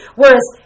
whereas